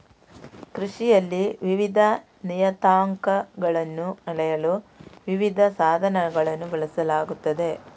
ಕೃಷಿಯಲ್ಲಿ ವಿವಿಧ ನಿಯತಾಂಕಗಳನ್ನು ಅಳೆಯಲು ವಿವಿಧ ಸಾಧನಗಳನ್ನು ಬಳಸಲಾಗುತ್ತದೆ